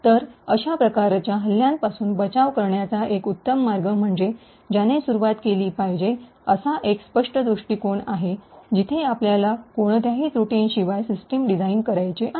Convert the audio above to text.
तर अशा प्रकारच्या हल्ल्यांपासून बचाव करण्याचा एक उत्तम मार्ग म्हणजे ज्याने सुरुवात केली पाहिजे असा एक स्पष्ट दृष्टीकोन आहे जिथे आपल्याला कोणत्याही त्रुटीशिवाय सिस्टम डिझाइन करायचे आहेत